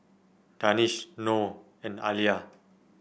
Danish Noh and Alya